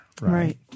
Right